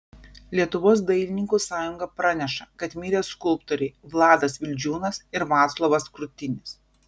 lietuvos dailininkų sąjunga praneša kad mirė skulptoriai vladas vildžiūnas ir vaclovas krutinis